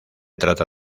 trata